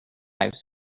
lives